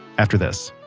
after this